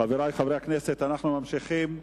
חברי חברי הכנסת, אנחנו ממשיכים.